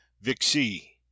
vixi